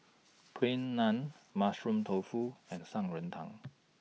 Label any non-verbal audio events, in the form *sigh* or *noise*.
*noise* Plain Naan Mushroom Tofu and Shan Rui Tang